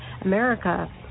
America